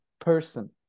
person